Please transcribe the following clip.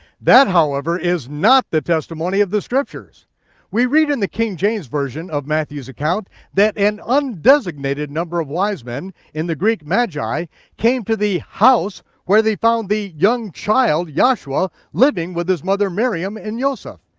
that, however, is not the testimony of the scriptures we read in the king james version of matthew's account that an undesignated number of wise men in the greek magi came to the house where they found the young child yahshua living with his mother miriam and yoseph.